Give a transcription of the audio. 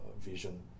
vision